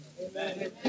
Amen